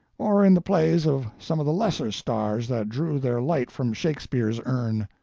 or in the plays of some of the lesser stars that drew their light from shakespeare's urn.